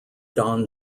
don